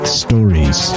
stories